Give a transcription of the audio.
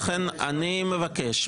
לכן אני מבקש,